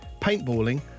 paintballing